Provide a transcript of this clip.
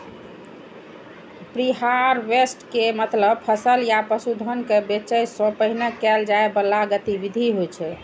preharvest के मतलब फसल या पशुधन कें बेचै सं पहिने कैल जाइ बला गतिविधि होइ छै